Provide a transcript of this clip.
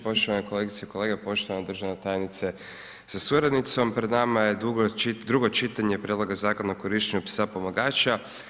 Poštovane kolegice i kolege, poštovana državna tjenice sa suradnicom, pred nama je drugo čitanje prijedloga Zakona o korištenju psa pomagača.